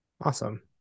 Awesome